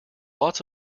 lots